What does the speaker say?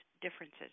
differences